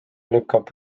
lükkab